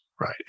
Right